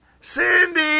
Cindy